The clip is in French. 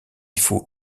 faut